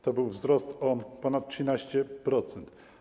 To był wzrost o ponad 13%.